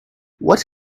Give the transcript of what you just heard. what